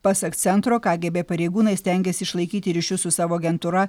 pasak centro kgb pareigūnai stengės išlaikyti ryšius su savo agentūra